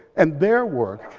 and their work,